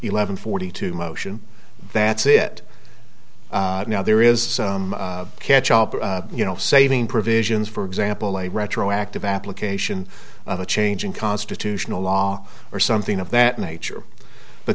eleven forty two motion that's it now there is some catch up or you know saving provisions for example a retroactive application of a change in constitutional law or something of that nature but